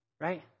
Right